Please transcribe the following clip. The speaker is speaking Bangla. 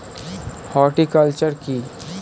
হর্টিকালচার কি?